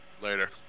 Later